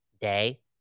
day